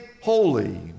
holy